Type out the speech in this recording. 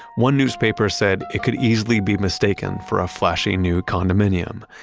one newspaper said, it could easily be mistaken for a flashy new condominium,